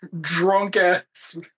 drunk-ass